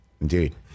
indeed